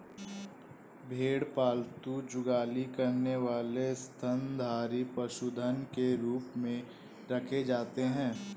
भेड़ पालतू जुगाली करने वाले स्तनधारी पशुधन के रूप में रखे जाते हैं